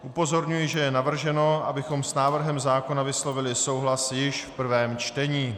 Upozorňuji, že je navrženo, abychom s návrhem zákona vyslovili souhlas již v prvém čtení.